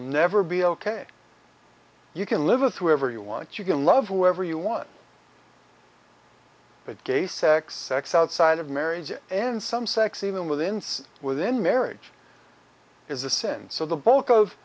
never be ok you can live with whoever you want you can love whatever you want but gay sex sex outside of marriage and some sex even within within marriage is a sin so the bulk of